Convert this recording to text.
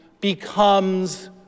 becomes